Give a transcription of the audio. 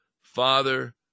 Father